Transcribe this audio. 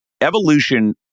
evolution